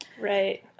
Right